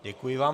Děkuji vám.